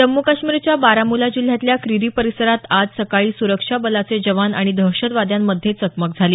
जम्मू काश्मीरच्या बारामुला जिल्ह्यातल्या क्रिरी परिसरात आज सकाळी सुरक्षा दलाचे जवान आणि दहशतवाद्यांमध्ये चकमक झाली